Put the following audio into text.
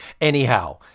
anyhow